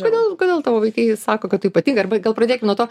kodėl kodėl tavo vaikai sako kad tu ypatinga arba gal pradėkim nuo to